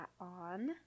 on